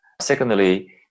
secondly